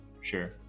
Sure